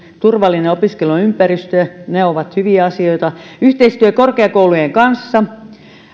turvallinen opiskeluympäristö ovat hyviä asioita yhteistyö korkeakoulujen kanssa myös